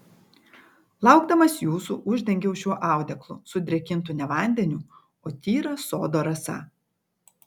laukdamas jūsų uždengiau šiuo audeklu sudrėkintu ne vandeniu o tyra sodo rasa